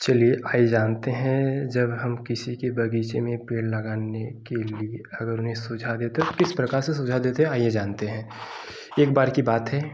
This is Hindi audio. चलिए आइए जानते हैं जब हम किसी के बग़ीचे में एक पेड़ लगाने के लिए अगर उन्हें सुझाव देते हैं तो किस प्रकार सुझाव देते हैं आइए जानते हैं एक बार की बात है